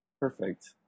perfect